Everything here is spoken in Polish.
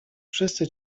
wszyscy